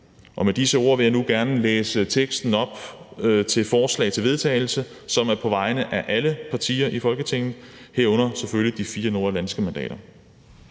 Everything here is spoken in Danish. Med disse ord vil jeg gerne læse et forslag til vedtagelse op, som er på vegne af alle partier i Folketinget, herunder selvfølgelig de fire nordatlantiske mandater